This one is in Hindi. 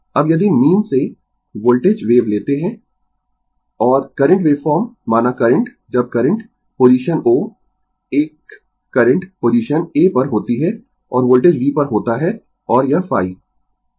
अब यदि मीन से वोल्टेज वेव लेते है और करंट वेवफॉर्म माना करंट जब करंट पोजीशन O एक करंट पोजीशन A पर होती है और वोल्टेज V पर होता है और यह ϕ